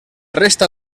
resta